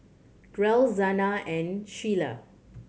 Derl Zana and Sheilah